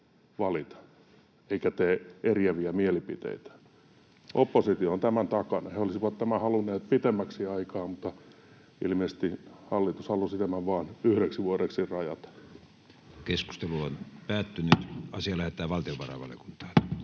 eikä tee eriäviä mielipiteitä. Oppositio on tämän takana. He olisivat tämän halunneet pitemmäksi aikaa, mutta ilmeisesti hallitus halusi tämän vain yhdeksi vuodeksi rajata. [Speech 149] Speaker: Matti Vanhanen